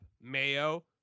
mayo